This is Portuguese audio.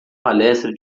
palestra